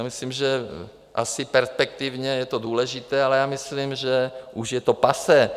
Myslím, že asi perspektivně je to důležité, ale myslím, že už je to passé.